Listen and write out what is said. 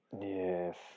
Yes